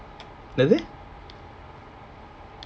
where is it